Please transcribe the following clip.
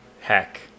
Heck